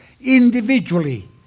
Individually